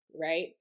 right